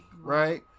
right